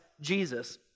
Jesus